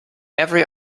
every